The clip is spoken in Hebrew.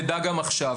נדע גם עכשיו.